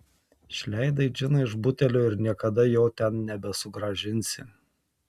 išleidai džiną iš butelio ir niekada jo ten nebesugrąžinsi